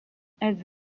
elles